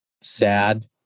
sad